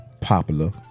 Popular